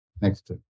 Next